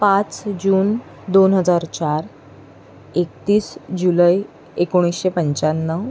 पाच जून दोन हजार चार एकतीस जुलै एकोणीसशे पंचाण्णव